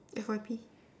F_Y_P